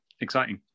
Exciting